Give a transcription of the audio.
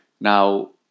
Now